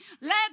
Let